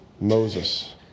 Moses